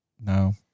no